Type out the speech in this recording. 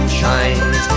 shines